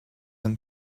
and